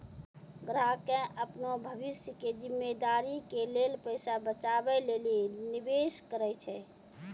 ग्राहकें अपनो भविष्य के जिम्मेदारी के लेल पैसा बचाबै लेली निवेश करै छै